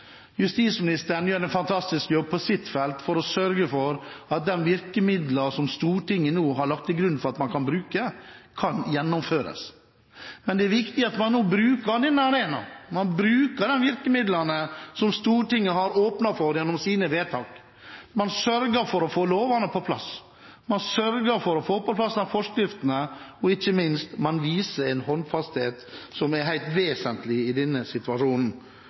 Justisministeren gjør en fantastisk jobb på sitt felt for å sørge for at de virkemidlene som Stortinget nå har lagt til grunn for at man kan bruke, kan gjennomføres. Det er viktig at man nå bruker denne arenaen – bruker disse virkemidlene – som Stortinget har åpnet for gjennom sine vedtak. Man sørger for å få lovene på plass, man sørger for å få på plass forskriftene, og, ikke minst, man viser en håndfasthet som er helt vesentlig i denne situasjonen.